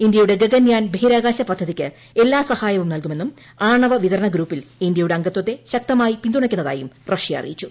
ഇന്ത്യയുടെ ഗഗൻയാൻ ബഹിരാകാശ പദ്ധതിയ്ക്ക് എല്ലാ സഹായവും നൽകുമെന്നും ആണവ വിതരണ ഗ്രൂപ്പിൽ ഇന്ത്യയുടെ അംഗത്തെ ശക്തമായി പിന്തുണയ്ക്കുന്നതായും റഷ്യ അറിയിച്ചു